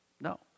No